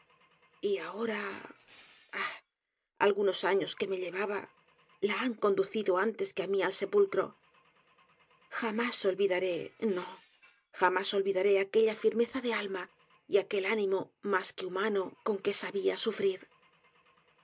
y ahora ah algunos años q u e m e llevaba la han conducido antes que á mí al sepulcro jamás olvidaré no jamás olvidaré aquella firmeza de alma y aquel ánimo mas que humano con que sabia sufrir